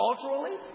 Culturally